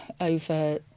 over